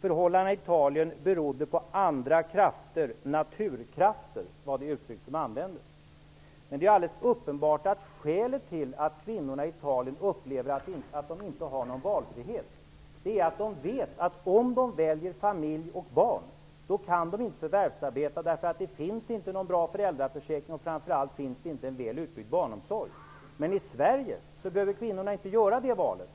förhållandena i Italien berodde på ''andra krafter'', ''naturkrafter'' var det uttryck som användes. Det är alldeles uppenbart att skälet till att kvinnorna i Italien upplever att de inte har någon valfrihet är att de vet, att om de väljer familj och barn kan de inte förvärvsarbeta, eftersom det inte finns någon bra föräldraförsäkring, och framför allt finns det inte någon väl utbyggd barnomsorg. I Sverige behöver kvinnorna däremot inte göra det valet.